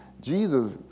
Jesus